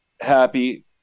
happy